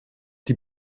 die